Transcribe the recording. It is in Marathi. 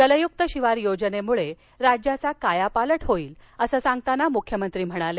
जलयुक्त शिवार योजनेमूळे राज्याचा कायापालट होईल असं सांगताना मूख्यमंत्री म्हणाले